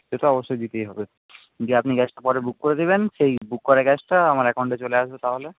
সে তো অবশ্যই দিতেই হবে যে আপনি গ্যাসটা পরে বুক করে দিবেন সেই বুক করা গ্যাসটা আমার অ্যাকাউন্টে চলে আসবে তাহলে